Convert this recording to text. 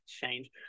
change